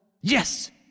Yes